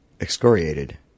excoriated